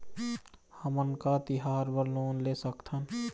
हमन का तिहार बर लोन ले सकथन?